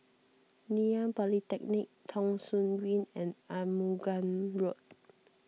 Ngee Ann Polytechnic Thong Soon Green and Arumugam Road